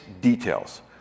details